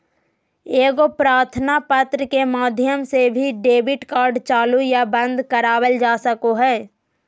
एगो प्रार्थना पत्र के माध्यम से भी डेबिट कार्ड चालू या बंद करवावल जा सको हय